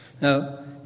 Now